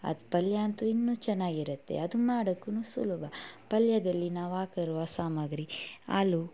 ಅದು ಪಲ್ಯ ಅಂತು ಇನ್ನು ಚೆನ್ನಾಗಿರುತ್ತೆ ಅದು ಮಾಡಕ್ಕು ಸುಲಭ ಪಲ್ಯದಲ್ಲಿ ನಾವು ಹಾಕಿರುವ ಸಾಮಾಗ್ರಿ ಆಲು